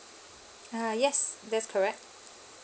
ha yes that's correct